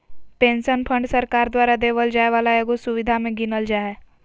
pension fund सरकार द्वारा देवल जाय वाला एगो सुविधा मे गीनल जा हय